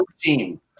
team